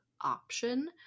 option